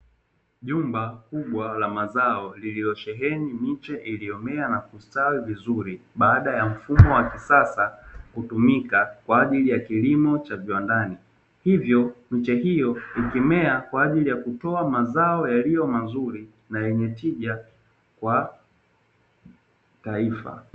Jumba kubwa la mazao lililosheheni miche iliyomea na kustawi vizuri, baada ya mfumo wa kisasa kutumika kwa ajili ya kilimo cha viwandani, hivyo miche hiyo ikimea kwa ajili ya kutoa mazao yaliyo mazuri na yenye tija kwa taifa.